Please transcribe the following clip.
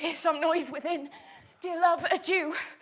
yeah some noise within dear love, adieu!